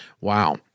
Wow